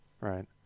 right